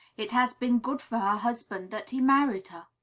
it has been good for her husband that he married her.